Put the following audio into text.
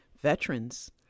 Veterans